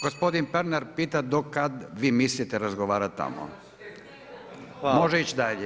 Gospodin Pernar pita do kad vi mislite razgovarat tamo [[Upadice se ne razumiju.]] Može ić dalje.